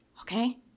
Okay